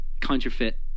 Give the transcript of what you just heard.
counterfeit